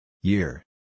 Year